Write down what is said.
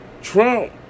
Trump